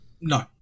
No